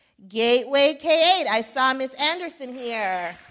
gateway k eight. i saw ms. anderson here.